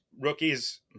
rookies